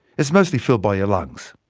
it's mostly filled by your lungs.